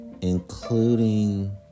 Including